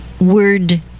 word